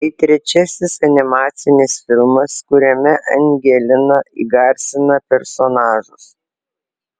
tai trečiasis animacinis filmas kuriame angelina įgarsina personažus